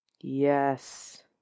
Yes